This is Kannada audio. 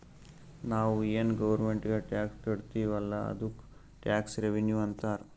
ನಾವು ಏನ್ ಗೌರ್ಮೆಂಟ್ಗ್ ಟ್ಯಾಕ್ಸ್ ಕಟ್ತಿವ್ ಅಲ್ಲ ಅದ್ದುಕ್ ಟ್ಯಾಕ್ಸ್ ರೆವಿನ್ಯೂ ಅಂತಾರ್